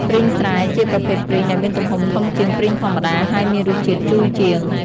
ព្រីងស្រែ ជាប្រភេទព្រីងដែលមានទំហំធំជាងព្រីងធម្មតា ហើយមានរសជាតិជូរជាង។